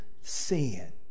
sin